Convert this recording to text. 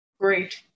Great